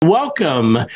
Welcome